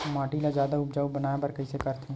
माटी ला जादा उपजाऊ बनाय बर कइसे करथे?